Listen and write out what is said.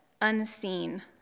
unseen